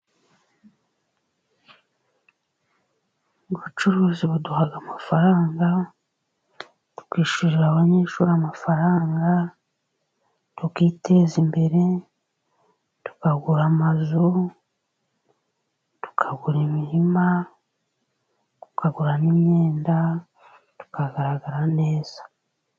Ubucuruzi buduha amafaranga, tukishyurira abanyeshuri amafaranga, tukiteza imbere, tukagura amazu, tukagura imirima, tukaguramo imyenda, tukagaragara neza.